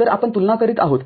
तरआपण तुलना करीत आहोत